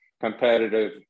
competitive